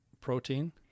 protein